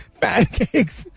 pancakes